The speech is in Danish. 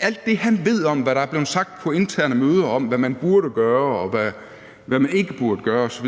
alt det, han ved om, hvad der er blevet sagt på interne møder om, hvad man burde gøre, og hvad man ikke burde gøre, osv.